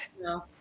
No